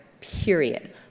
period